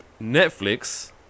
Netflix